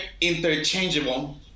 interchangeable